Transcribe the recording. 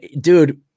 Dude